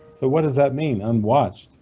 so what does that mean, unwatched?